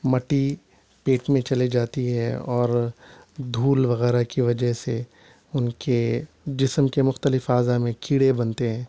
مٹی پیٹ میں چلے جاتی ہے اور دھول وغیرہ کی وجہ سے ان کے جسم کے مختلف اعضا میں کیڑے بنتے ہیں